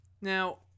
Now